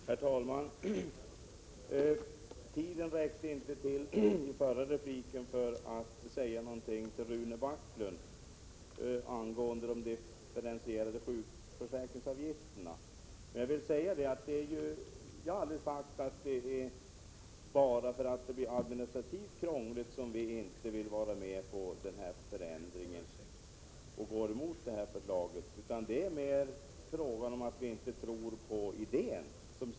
Herr talman! Tiden räckte inte till i mitt förra inlägg för att säga något till Rune Backlund angående de differentierade sjukförsäkringsavgifterna. Jag har aldrig sagt att det bara beror på att det blir administrativt krångligt som vi inte vill vara med på denna förändring utan går emot förslaget. Det är mera fråga om att vi inte tror på idéen som sådan.